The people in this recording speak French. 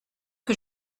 que